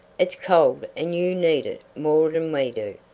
it's cold and you need it more'n we do.